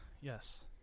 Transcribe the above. yes